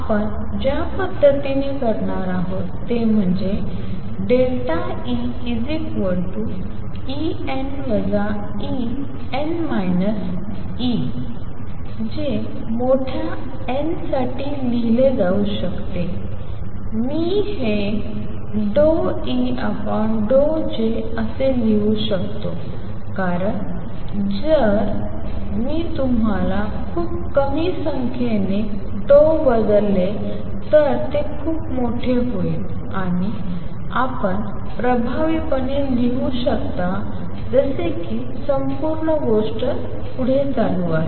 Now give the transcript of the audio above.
आपण ज्या पद्धतीने करणार आहात ते EEn En τ जे मोठ्या n साठी लिहिले जाऊ शकते मी हे ∂E∂Jअसे लिहू शकतो कारण जे जर तुम्ही खूप कमी संख्येने tau बदलले तर ते खूप मोठे होईल आपण प्रभावीपणे लिहू शकता जसे की संपूर्ण गोष्ट पुढे चालू आहे